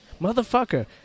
motherfucker